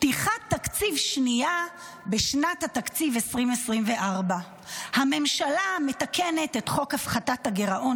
פתיחת תקציב שנייה בשנת התקציב 2024. הממשלה מתקנת את חוק הפחתת הגירעון